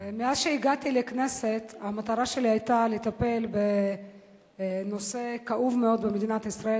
מאז שהגעתי לכנסת המטרה שלי היתה לטפל בנושא כאוב מאוד במדינת ישראל,